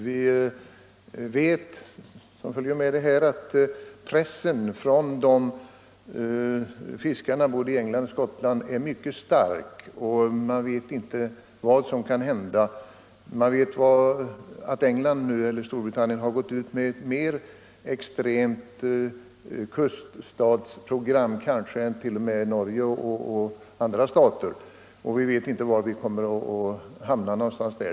Vi som följer med i de här frågorna vet att pressen från fiskarna i både England och Skottland är mycket stark, och man vet inte vad som kan hända. Storbritannien har nu gått ut med ett mer extremt kuststatsprogram än t.o.m. Norge och andra stater, och vi vet inte vart det kommer att leda.